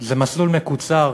זה מסלול מקוצר